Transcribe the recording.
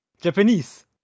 Japanese